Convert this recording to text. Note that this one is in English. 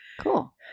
Cool